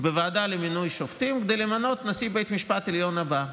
בוועדה למינוי שופטים כדי למנות את נשיא בית המשפט העליון הבא.